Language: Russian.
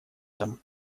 дом